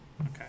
Okay